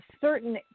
certain